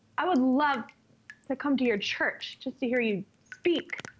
i would love to come to your church just to hear you speak,